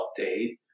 update